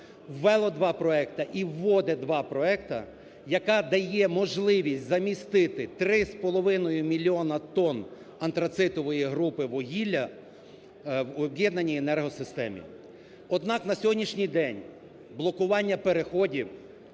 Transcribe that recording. ввело два проекти і вводить два проекти, які дають можливість замістити три з половиною мільйони тонн антрацитової групи вугілля в об'єднаній енергосистемі. Однак на сьогоднішній день блокування переходів,